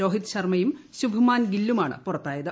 രോഹിത് ശർമ്മയും ശുഭ്മാൻ ഗില്ലുമാണ് പുറത്തായത്